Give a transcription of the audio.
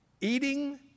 Eating